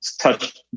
touch